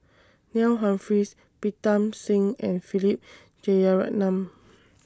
Neil Humphreys Pritam Singh and Philip Jeyaretnam